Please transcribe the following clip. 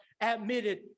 admitted